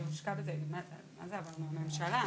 כל מיני מועצות כאלה או יישובים שאין להם את היכולות,